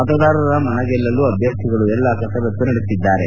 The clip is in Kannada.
ಮತದಾರರ ಮನ ಗೆಲ್ಲಲು ಅಭ್ಯರ್ಥಿಗಳು ಎಲ್ಲಾ ಕಸರತ್ತು ನಡೆಸಿದರು